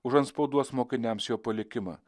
užantspauduos mokiniams jo palikimą